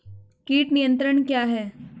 कीट नियंत्रण क्या है?